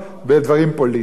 בדברים פוליטיים.